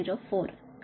కాబట్టి j 0